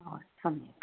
सम्यक्